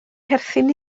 perthyn